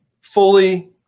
fully